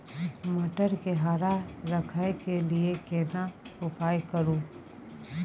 मटर के हरा रखय के लिए केना उपाय करू?